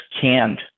canned